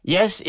Yes